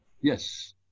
Yes